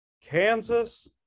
Kansas